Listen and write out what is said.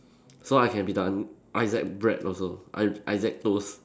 so I can be the Isaac bread also I Isaac toast